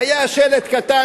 14 בעד,